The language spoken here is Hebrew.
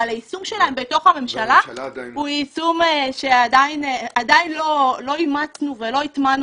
אבל היישום שלהן בתוך הממשלה הוא יישום שעדיין לא אימצנו ולא הטמענו